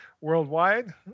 worldwide